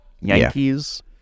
Yankees